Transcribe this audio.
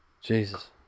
Jesus